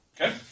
Okay